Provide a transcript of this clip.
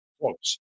quotes